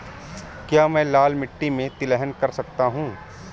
क्या मैं लाल मिट्टी में तिलहन कर सकता हूँ?